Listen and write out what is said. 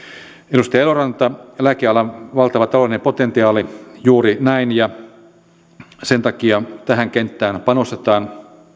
edustaja eloranta lääkeala on valtava taloudellinen potentiaali juuri näin ja sen takia tähän kenttään panostetaan